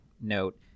note